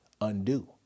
undo